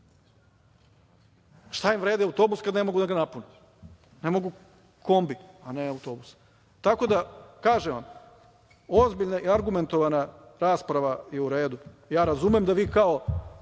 Šta im vredi autobus kad ne mogu da ga napune? Ne mogu kombi, a ne autobus. Kažem vam, ozbiljna i argumentovana rasprava je u redu. Ja razumem da vi kao